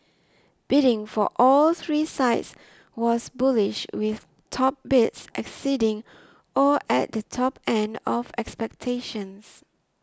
bidding for all three sites was bullish with top bids exceeding or at the top end of expectations